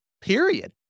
period